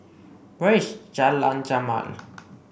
where is Jalan Jamal